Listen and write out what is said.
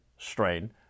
strain